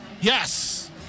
Yes